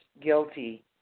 guilty